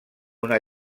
una